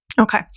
Okay